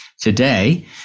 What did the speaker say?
Today